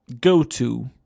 go-to